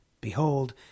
BEHOLD